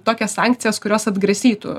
tokias sankcijas kurios atgrasytų